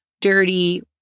dirty